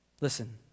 Listen